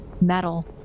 metal